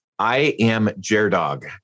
IamJerdog